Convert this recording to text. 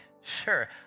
Sure